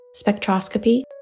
spectroscopy